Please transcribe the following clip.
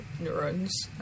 neurons